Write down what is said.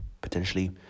potentially